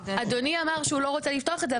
--- אדוני אמר שהוא לא רוצה לפתוח את זה,